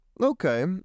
Okay